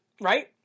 right